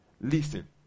Listen